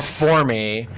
for me.